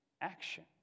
action